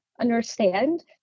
understand